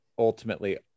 ultimately